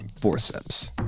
forceps